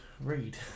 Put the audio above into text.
read